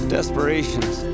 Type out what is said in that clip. Desperations